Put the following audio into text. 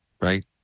right